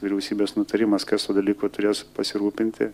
vyriausybės nutarimas kas tuo dalyku turės pasirūpinti